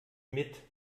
mit